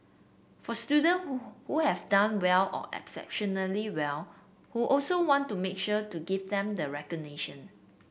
for students who who have done well or exceptionally well who also want to make sure to give them the recognition